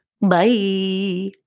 Bye